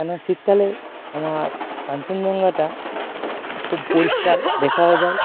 কেন শীতকালে আমার কাঞ্চনজঙ্ঘাটা খুব পরিষ্কার দেখাও যায়